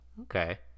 Okay